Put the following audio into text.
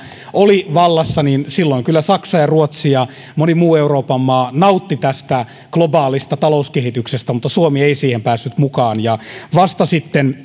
oli vallassa silloin kyllä saksa ja ruotsi ja moni muu euroopan maa nauttivat tästä globaalista talouskehityksestä mutta suomi ei siihen päässyt mukaan ja vasta sitten